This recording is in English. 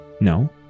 No